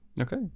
Okay